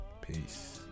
Peace